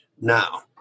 now